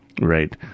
Right